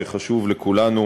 שחשוב לכולנו